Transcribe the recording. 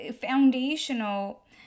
foundational